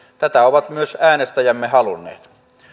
tätä ovat myös äänestäjämme halunneet